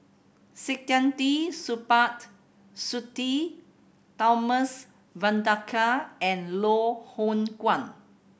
Saktiandi Supaat Sudhir Thomas Vadaketh and Loh Hoong Kwan